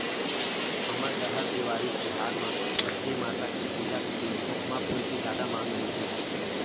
हमर डहर देवारी तिहार म लक्छमी माता के पूजा के दिन खोखमा फूल के जादा मांग रइथे